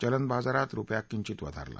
चलन बाजारात रुपया किंचित वधारला